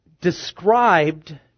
described